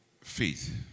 faith